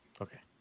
Okay